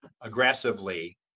aggressively